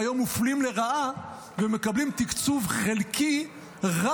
שהיום מופלים לרעה ומקבלים תקצוב חלקי רק